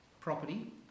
property